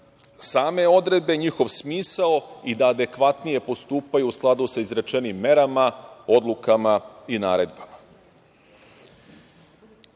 same odredbe, njihov smisao i da adekvatnije postupaju u skladu sa izrečenim merama, odlukama i naredbama. Dakle,